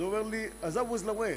אז הוא אומר: אזאווז לוויין?